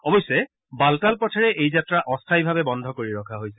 অৱশ্যে বালতাল পথেৰে এই যাত্ৰা অস্থায়ীভাৱে বন্ধ কৰি ৰখা হৈছে